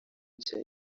cya